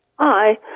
Hi